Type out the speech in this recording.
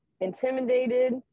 intimidated